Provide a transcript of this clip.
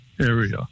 area